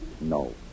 No